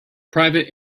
private